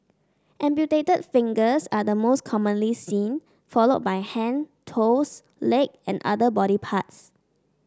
amputated fingers are the most commonly seen followed by hand toes leg and other body parts